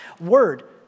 word